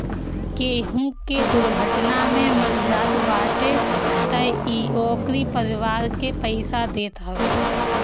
केहू के दुर्घटना में मर जात बाटे तअ इ ओकरी परिवार के पईसा देत हवे